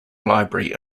library